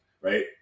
right